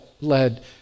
led